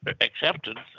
acceptance